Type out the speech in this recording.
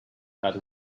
had